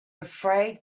afraid